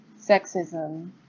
sexism